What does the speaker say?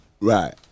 Right